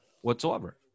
whatsoever